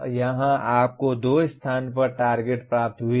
यहाँ आपको दो स्थानों पर टारगेट प्राप्त हुए हैं